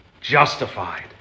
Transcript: justified